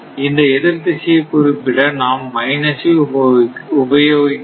இந்த எதிர் திசையை குறிப்பிட நாம் மைனஸ் ஐ உபயோகிக்கிறோம்